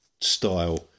style